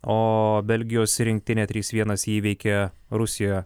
o belgijos rinktinė trys vienas įveikė rusiją